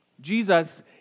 Jesus